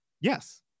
Yes